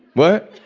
what?